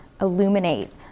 illuminate